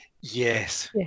Yes